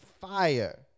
fire